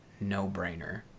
no-brainer